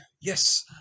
Yes